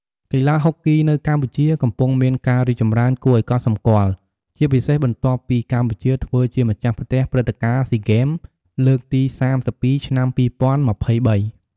កីឡាហុកគីនៅកម្ពុជា កំពុងមានការរីកចម្រើនគួរឲ្យកត់សម្គាល់ ជាពិសេសបន្ទាប់ពីកម្ពុជាធ្វើជាម្ចាស់ផ្ទះព្រឹត្តិការណ៍ស៊ីហ្គេម លើកទី៣២ ឆ្នាំ២០២៣។